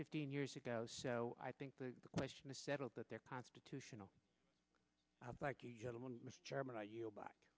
fifteen years ago so i think the question is settled that there are constitutional back